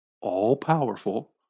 all-powerful